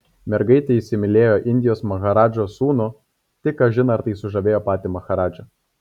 mergaitė įsimylėjo indijos maharadžos sūnų tik kažin ar tai sužavėjo patį maharadžą